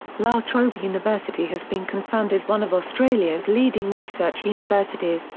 la trobe university has been confirmed as one of australia's leading research universities,